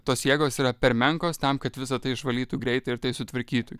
tos jėgos yra per menkos tam kad visa tai išvalytų greitai ir tai sutvarkytų